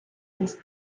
десь